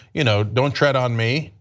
you know don't tread on me,